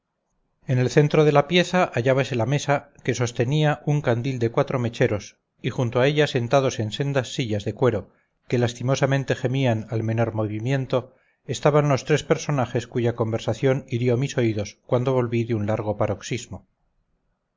en el centro de la pieza hallábase la mesa que sostenía un candil de cuatro mecheros y junto a ella sentados en sendas sillas de cuero que lastimosamente gemían al menor movimiento estaban los tres personajes cuya conversación hirió mis oídos cuando volví de un largo paroxismo